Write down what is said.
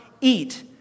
eat